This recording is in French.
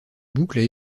boucles